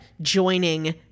joining